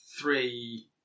three